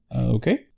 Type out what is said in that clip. Okay